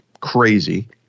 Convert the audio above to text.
crazy